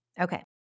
Okay